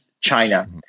China